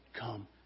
come